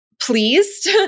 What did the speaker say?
pleased